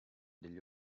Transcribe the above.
degli